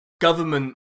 government